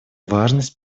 важность